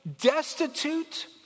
destitute